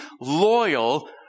loyal